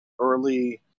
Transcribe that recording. early